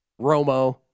Romo